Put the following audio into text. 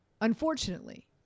Unfortunately